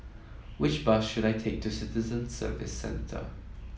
which bus should I take to Citizen Services Centre